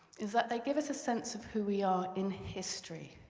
is that they give us a sense of who we are in history.